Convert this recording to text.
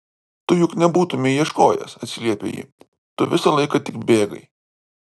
tu juk nebūtumei ieškojęs atsiliepia ji tu visą laiką tik bėgai